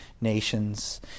nations